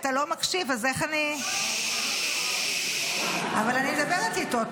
אתה לא מקשיב אז איך אני ------ אבל אני מדברת איתו,